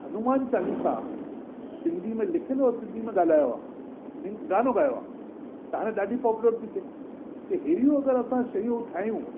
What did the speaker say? हनुमान चालीसा सिंधी में लिखंदो सिंधी में ॻाल्हायो आहे मीन्स गानो गायो आहे त हाणे ॾाढी पोपुलर थी थिए त हेड़ियूं अगरि असां शयूं ठाहियूं